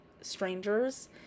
strangers